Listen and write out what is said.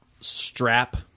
strap